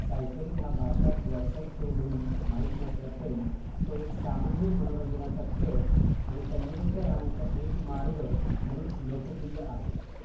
cycling हा भारतात व्यावसायिक खेळ म्हणून माहीत नसला तरी तो एक सामान्य मनोरंजनाचा खेळ आणि तंदुरुस्त राहण्याचा एक मार्ग म्हणून लोकप्रिय आहे